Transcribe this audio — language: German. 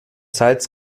salz